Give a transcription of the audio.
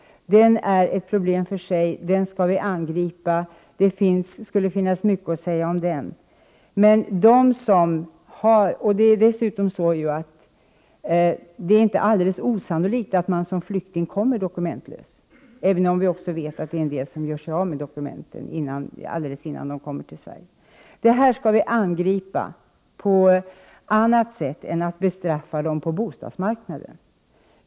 Den är ett problem för sig. Det problemet skall vi angripa. Det skulle finnas mycket att säga om det. Dessutom är det inte alldeles osannolikt att man som flykting kommer dokumentlös, även om vi också vet att en del gör sig av med dokumenten alldeles innan de kommer till Sverige. Detta skall vi angripa på annat sätt än genom att bestraffa dem på bostadsmarknaden.